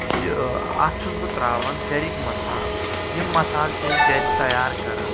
یہِ اتھ چھس بہٕ تراوان گرِکۍ مصالہٕ یم مصالہٕ چھِ أسی گرِ تیار کران